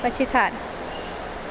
પછી થાર